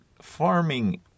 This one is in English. farming